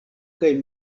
kaj